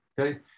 okay